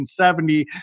1970